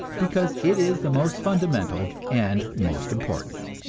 because it is the most fundamental and most important.